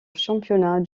championnat